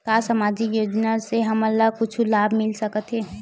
का सामाजिक योजना से हमन ला कुछु लाभ मिल सकत हे?